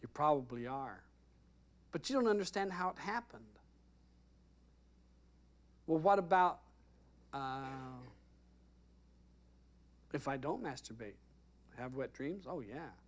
you probably are but you don't understand how it happened well what about if i don't masturbate have wet dreams oh yeah